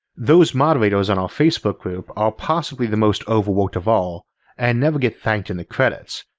those moderators on our facebook group are possibly the most overworked of all and never get thanked in the credits,